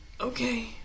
Okay